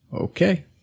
Okay